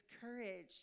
courage